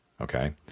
okay